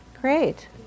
great